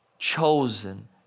Chosen